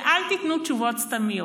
ואל תיתנו תשובות סתמיות,